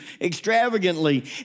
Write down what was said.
extravagantly